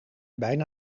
bijna